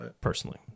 personally